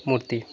মূর্তি